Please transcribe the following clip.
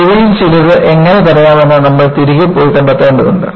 ഇവയിൽ ചിലത് എങ്ങനെ തടയാമെന്ന് നമ്മൾ തിരികെ പോയി കണ്ടെത്തേണ്ടതുണ്ട്